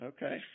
Okay